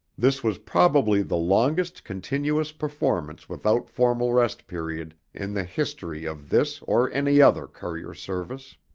this was probably the longest continuous performance without formal rest period in the history of this or any other courier service.